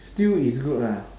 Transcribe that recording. still is good lah